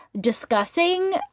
Discussing